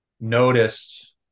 noticed